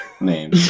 name